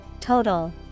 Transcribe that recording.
Total